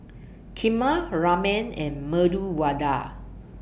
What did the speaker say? Kheema Ramen and Medu Vada